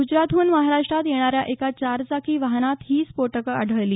ग्जरातहन महाराष्ट्रात येणाऱ्या एका चारचाकी वाहनात ही स्फोटकं आढळली